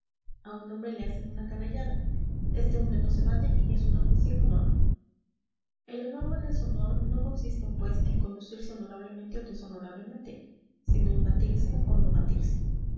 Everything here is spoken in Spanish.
a un hombre le hacen una canallada este hombre no se bate y es un hombre sin honor el honor o el deshonor no consisten pues en conducirse honorable o deshonorablemente sino en batirse o no batirse